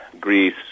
Greece